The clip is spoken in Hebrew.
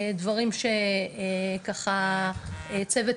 דברים שככה צוות